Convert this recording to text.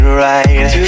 right